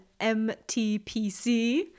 MTPC